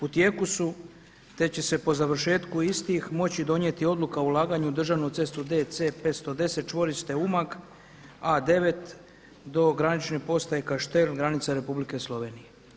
U tijeku su te će se po završetku istih moći odnijeti odluka o ulaganju u državnu cestu DC510 čvorište Umag, A9 do granične postaje Kaštel granica Republike Slovenije.